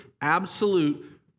absolute